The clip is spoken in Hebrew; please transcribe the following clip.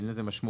אין לזה משמעות